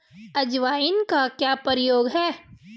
अजवाइन का क्या प्रयोग है?